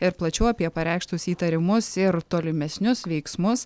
ir plačiau apie pareikštus įtarimus ir tolimesnius veiksmus